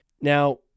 Now